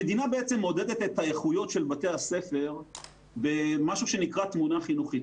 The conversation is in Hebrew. המדינה מעודדת את האיכויות של בתי הספר במה שנקרא "תמונה חינוכית".